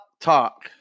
Talk